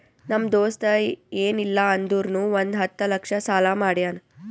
ನಮ್ ದೋಸ್ತ ಎನ್ ಇಲ್ಲ ಅಂದುರ್ನು ಒಂದ್ ಹತ್ತ ಲಕ್ಷ ಸಾಲಾ ಮಾಡ್ಯಾನ್